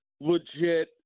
legit